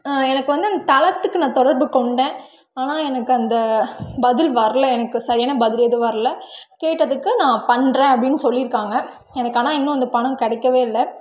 எனக்கு வந்து அந்த தளத்துக்கு நான் தொடர்பு கொண்டேன் ஆனால் எனக்கு அந்த பதில் வரல எனக்கு சரியான பதில் எதுவும் வரல கேட்டதுக்கு நான் பண்ணுறேன் அப்படின்னு சொல்லியிருக்காங்க எனக்கு ஆனால் இன்னும் அந்த பணம் கிடைக்கவே இல்லை